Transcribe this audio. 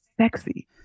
sexy